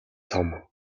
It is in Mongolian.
том